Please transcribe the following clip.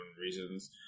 reasons